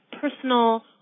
personal